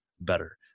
better